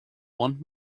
want